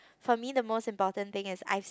for me the most important thing is I